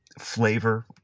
flavor